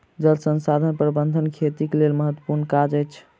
जल संसाधन प्रबंधन खेतीक लेल महत्त्वपूर्ण काज अछि